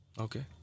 okay